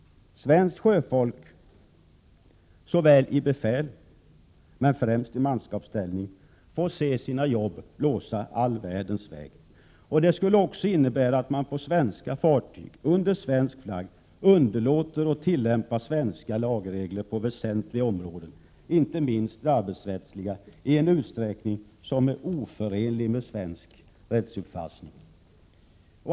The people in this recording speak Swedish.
Svenskt sjöfolk i befälsställning men också och främst i manskapsställning får se sina jobb blåsa all världens väg. Förslaget skulle också innebära att man på svenska fartyg under svensk flagg underlåter att tillämpa svenska lagregler på väsentliga områden — inte minst det arbetsrättsliga — i en utsträckning som är oförenlig med svensk rättsuppfattning.